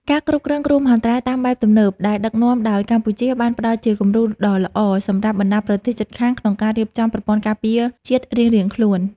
ការគ្រប់គ្រងគ្រោះមហន្តរាយតាមបែបទំនើបដែលដឹកនាំដោយកម្ពុជា បានផ្តល់ជាគំរូដ៏ល្អសម្រាប់បណ្តាប្រទេសជិតខាងក្នុងការរៀបចំប្រព័ន្ធការពារជាតិរៀងៗខ្លួន។